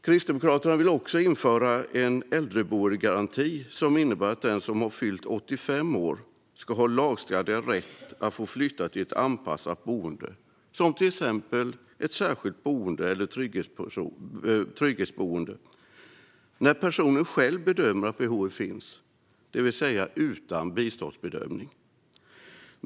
Kristdemokraterna vill också införa en äldreboendegaranti som innebär att den som har fyllt 85 år ska ha lagstadgad rätt att få flytta till ett anpassat boende, till exempel ett särskilt boende eller ett trygghetsboende, när personen själv bedömer att behovet finns och utan biståndsbedömning.